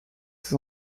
ses